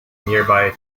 nearby